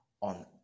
on